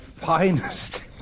finest